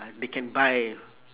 uh they can buy